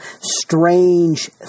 strange